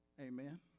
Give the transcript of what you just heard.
Amen